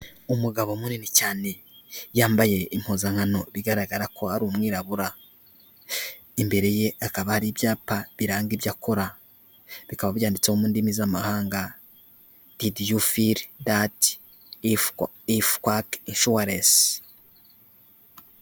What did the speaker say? Umugabo munini cyane. Yambaye impuzankano bigaragara ko ari umwirabura. Imbere ye hakaba hari ibyapa biranga ibyo akora. Bikaba byanditseho mu ndimi z'amahanga. Didi yu fili dati? ifu ifukwake inshuwarensi.